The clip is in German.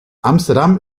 amsterdam